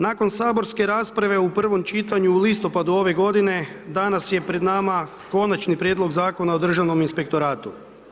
Nakon saborske rasprave u prvom čitanju u listopadu ove godine, danas je pred nama Konačni prijedlog Zakona o državnom inspektoratu.